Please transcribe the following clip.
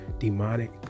demonic